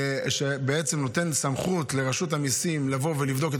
שבעצם נותן סמכות לרשות המיסים לבוא ולבדוק את